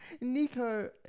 nico